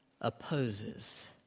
opposes